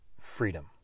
freedom